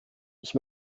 ich